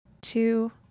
two